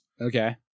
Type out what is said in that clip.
Okay